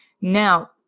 Now